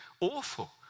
awful